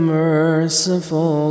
merciful